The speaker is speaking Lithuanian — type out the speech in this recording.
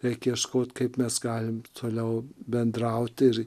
reikia ieškoti kaip mes galime toliau bendrauti ir